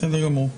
בסדר גמור.